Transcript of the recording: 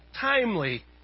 timely